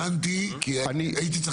אני סבור